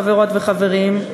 חברות וחברים,